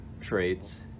traits